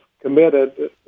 committed